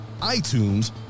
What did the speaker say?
iTunes